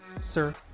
Sir